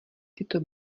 tyto